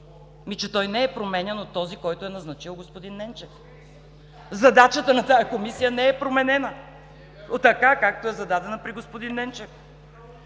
Той не е променян от този, който е назначил господин Ненчев. Задачата на тази Комисия не е променена от така, както е зададена при господин Ненчев.